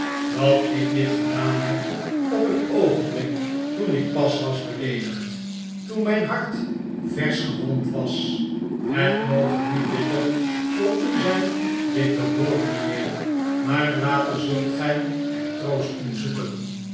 dat ik dit gedaan heb op het oogenblik toen ik pas was beleedigd toen mijn hart versch gewond was het moge nu bitter voor u zijn dit te hooren mijnheer maar later zult gij er troost in zoeken